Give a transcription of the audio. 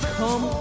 come